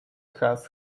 has